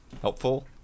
helpful